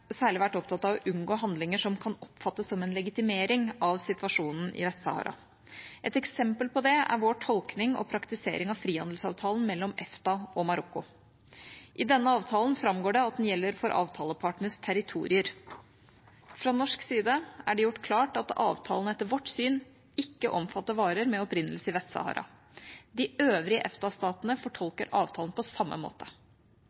opptatt av å unngå handlinger som kan oppfattes som en legitimering av situasjonen i Vest-Sahara. Et eksempel på det er vår tolkning og praktisering av frihandelsavtalen mellom EFTA og Marokko. I denne avtalen framgår det at den gjelder for avtalepartenes territorier. Fra norsk side er det gjort klart at avtalen etter vårt syn ikke omfatter varer med opprinnelse i Vest-Sahara. De øvrige